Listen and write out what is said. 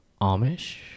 Amish